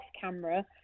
camera